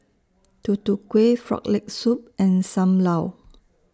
Tutu Kueh Frog Leg Soup and SAM Lau